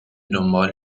دنبال